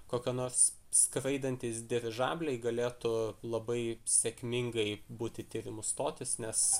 kokie nors skraidantys dirižabliai galėtų labai sėkmingai būti tyrimų stotys nes